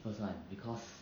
first one because